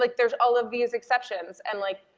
like there's all of these exceptions, and, like,